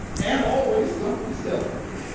and always something to celebrate.